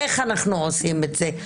איך אנחנו עושים את זה.